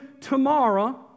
tomorrow